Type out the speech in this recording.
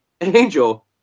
Angel